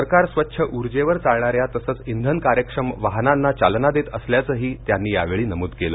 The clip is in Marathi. सरकार स्वच्छ ऊर्जेवर चालणा या तसंच इंधन कार्यक्षम वाहनांना चालना देत असल्याचंही त्यांनी यावेळी नमूद केलं